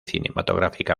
cinematográfica